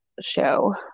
show